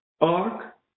ark